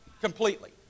Completely